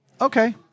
Okay